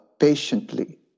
patiently